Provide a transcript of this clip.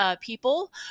people